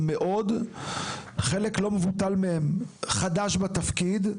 חלק לא מבוטל מהם חדש בתפקיד,